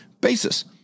basis